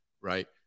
right